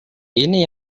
ini